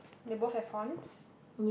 they both have horns